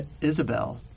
Isabel